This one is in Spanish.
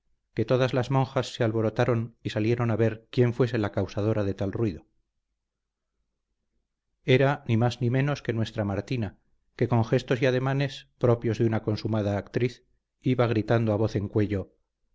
que todas las monjas se alborotaron y salieron a ver quién fuese la causadora de tal ruido era ni más ni menos que nuestra martina que con gestos y ademanes propios de una consumada actriz iba gritando a voz en cuello